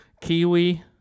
Kiwi